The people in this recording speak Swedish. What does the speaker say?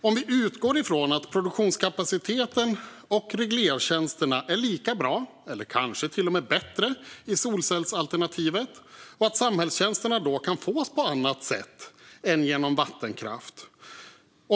Låt oss utgå från att produktionskapaciteten och reglertjänsterna är lika bra, eller kanske till och med bättre, i solcellsalternativet och att samhällstjänsterna då kan fås på annat sätt än genom vattenkraft.